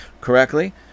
correctly